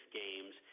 games